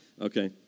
Okay